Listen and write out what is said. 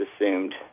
assumed